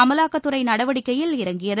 அமலாக்கத்துறை நடவடிக்கையில் இறங்கியது